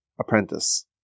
apprentice